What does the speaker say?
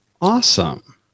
awesome